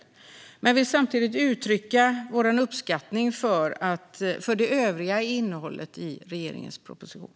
Samtidigt vill jag uttrycka vår uppskattning av det övriga innehållet i regeringens proposition.